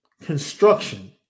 construction